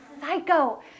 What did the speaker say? psycho